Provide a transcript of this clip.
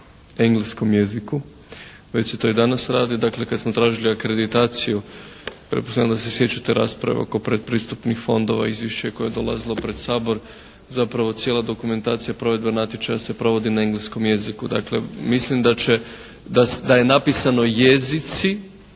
na engleskom jeziku. Već se to i danas radi. Dakle, kad smo tražili akreditaciju, pretpostavljam da se sjećate rasprave oko predpristupnih fondova, izvješće koje je dolazilo pred Sabor zapravo cijela dokumentacija provedbe natječaja se provodi na engleskom jeziku. Dakle, mislim da je napisano jezici,